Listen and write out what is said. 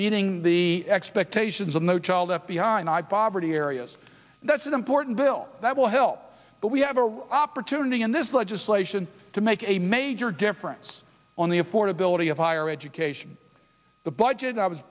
meeting the expectations of no child left behind i bob are the areas that's an important bill that will help but we have a real opportunity in this legislation to make a major difference on the affordability of higher education the budget i was